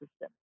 system